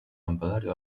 lampadario